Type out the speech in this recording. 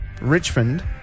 Richmond